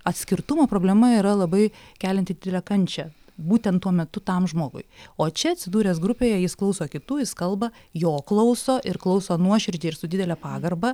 atskirtumo problema yra labai kelianti didelę kančią būtent tuo metu tam žmogui o čia atsidūręs grupėje jis klauso kitų jis kalba jo klauso ir klauso nuoširdžiai ir su didele pagarba